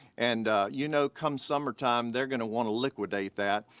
and you know come summertime they're gonna wanna liquidate that,